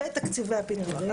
ותקציבי הפיתוח".